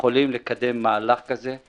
יכולים לקדם מהלך כזה.